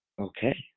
Okay